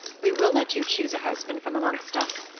we will let you choose a husband from amongst us,